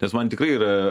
nes man tikrai yra